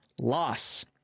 loss